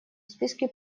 списке